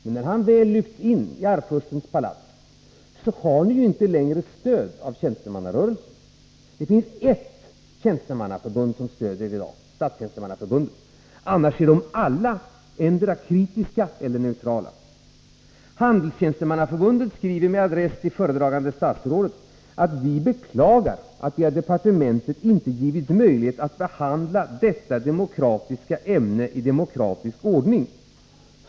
Men när han väl lyfts ini Arvfurstens palats har ni ju inte längre stöd av tjänstemannarörelsen. Det finns ett tjänstemannaförbund som stöder er i dag, Statstjänstemannaförbundet, medan alla andra är endera kritiska eller neutrala. Handelstjänstemannaförbundet skriver med adress till föredragande statsrådet att man beklagar att man i departementet inte givits möjlighet att behandla detta demokratiska ämne i demokratisk ordning.